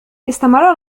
استمر